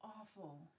awful